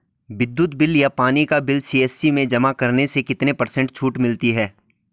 विद्युत बिल या पानी का बिल सी.एस.सी में जमा करने से कितने पर्सेंट छूट मिलती है?